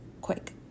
quick